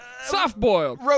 Soft-boiled